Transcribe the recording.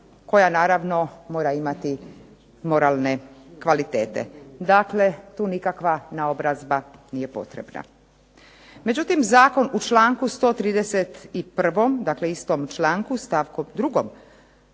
koja naravno mora imati moralne kvalitete. Dakle, tu nikakva naobrazba nije potrebna. Međutim, zakon u članku 131. dakle istom članku stavku